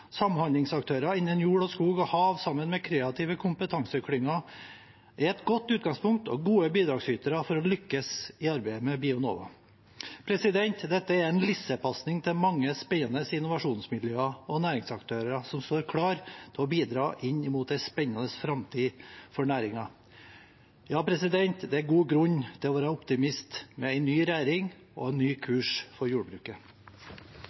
Samhandlingsaktører innen jord, skog og hav, sammen med kreative kompetanseklynger, er et godt utgangspunkt og gode bidragsytere for å lykkes i arbeidet med Bionova. Dette er en lissepasning til mange spennende innovasjonsmiljøer og næringsaktører som står klar til å bidra inn mot en spennende framtid for næringen. Det er god grunn til å være optimist med en ny regjering og en ny kurs for jordbruket.